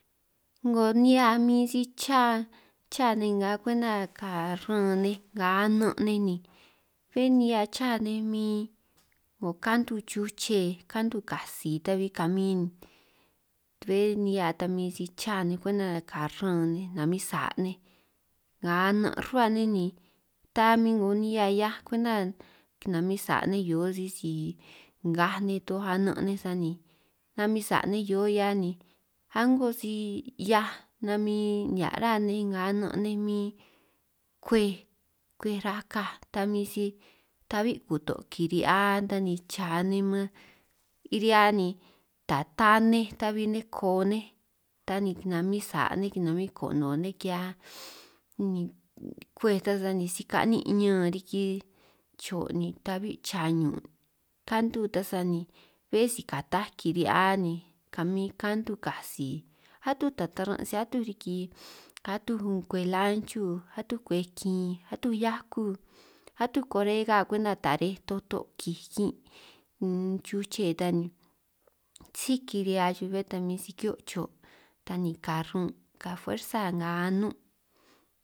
'Ngo nihia min si cha cha nej nga kwenta ka ran nej nga anan' nej ni, bé nihia cha nej min 'ngo kantu chuche kantu katsi ta'bi kamin, bé nihia ta min si cha nej kwenta ka ran nej namin sa' nej nga anan' nin' rruhua nej ni, ta min 'ngo nihia 'hiaj kwenta kinamin sa' nej hio sisi ngaj nej toj anan' nej sani namin sa' nej hio 'hia ni, a'ngo si 'hia namin nihia' ruhua nej nga anan' nej min kwej kwej rakaj ta mi si ta'bi kuto' kiri'hia ta ni cha nej man, kirihia ni ta taj tanej ta'bi nej koo nej ta ni kinamin sa' nej kanabin konoo nej kihia ni, kwej ta sani ni si ka'nin ñan riki cho' ni ta'bi cha ñun kantu nta sani bé si kataj kiri'hia ni kamin kantu katsi, atuj ta ta taran' si atuj riki atuj kwej lanchu, atuj kwej kin, atuj hiakuj, atuj koj rega kwenta tare'ej tato' kij kin', chuche ta ni síj kiri'hia chuj bé ta min si ki'hio' cho' ni ta ni ka run' ka fuersa nga anun'.